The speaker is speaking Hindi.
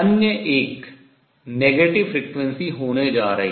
अन्य एक negative frequency ऋणात्मक आवृत्ति होने जा रही है